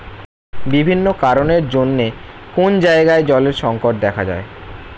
বিভিন্ন কারণের জন্যে কোন জায়গায় জলের সংকট দেখা যায়